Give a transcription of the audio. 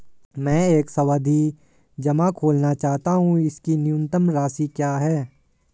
मैं एक सावधि जमा खोलना चाहता हूं इसकी न्यूनतम राशि क्या है?